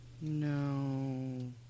No